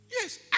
Yes